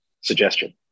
suggestion